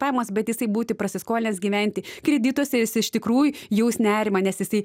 pajamas bet jisai būti prasiskolinęs gyventi kredituose jis iš tikrųj jaus nerimą nes jisai